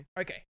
Okay